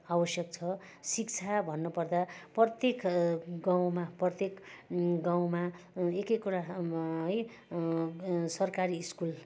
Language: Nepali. आवश्यक छ शिक्षा भन्नपर्दा प्रत्येक गाउँमा प्रत्योक गाउँमा एक एकवटा है सरकारी स्कुल